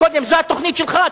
זו התוכנית שלך?